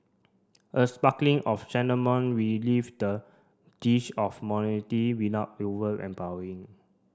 a sparkling of cinnamon relieve the dish of over empowering